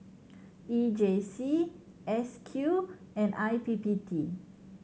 E J C S Q and I P P T